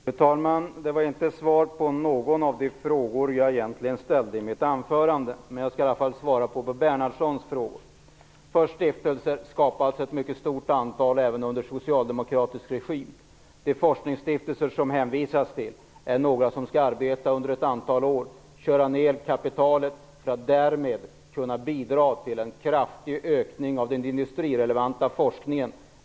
Fru talman! Det var inte svar på någon av de frågor jag ställde i mitt anförande. Men jag skall i varje fall svara på Bo Bernhardssons frågor. Först till frågan om stiftelser. Det skapades ett mycket stort antal även under socialdemokratisk regim. De forskningsstiftelser som hänvisas till är sådana som skall arbeta under ett antal år, plöja ner kapitalet och därmed kunna bidra till den industrirelevanta forskningen.